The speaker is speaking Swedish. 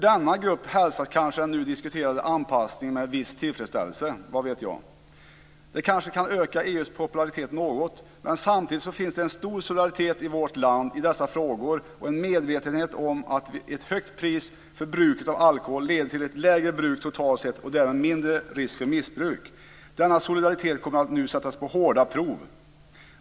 Denna grupp hälsar kanske den nu diskuterade anpassningen med viss tillfredsställelse, vad vet jag. Det kanske kan öka EU:s popularitet något. Men samtidigt finns det en stor solidaritet i vårt land i dessa frågor och en medvetenhet om att ett högt pris för bruket av alkohol leder till ett lägre bruk totalt sett och därmed mindre risk för missbruk. Denna solidaritet kommer nu att sättas på hårda prov.